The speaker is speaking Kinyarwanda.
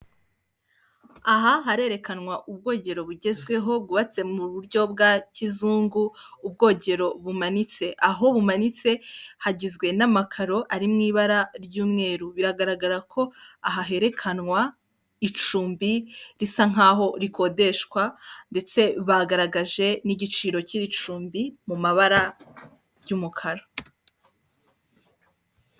Aha harerekanwa ubwogero bugezweho bwubatse mu buryo bwa kizungu ubwogero bumanitse aho bumanitse hagizwe n'amakaro ari mu ibara ry'umweru, biragaragara ko aha herererekanwa icumbi risa nk'aho rikodeshwa ndetse bagaragaje n'igiciro cy'iri cumbi mu mabara ry'umukara.